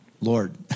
Lord